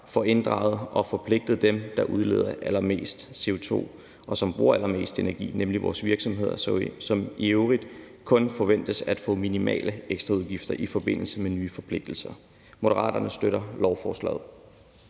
får inddraget og forpligtet dem, der udleder allermest CO2, og som bruger allermest energi, nemlig vores virksomheder, som i øvrigt kun forventes at få minimale ekstraudgifter i forbindelse med nye forpligtelser. Moderaterne støtter lovforslaget.